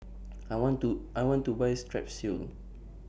I want to I want to Buy Strepsils